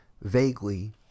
Vaguely